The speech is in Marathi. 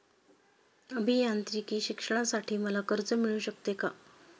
अभियांत्रिकी शिक्षणासाठी मला कर्ज मिळू शकते का?